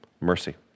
Mercy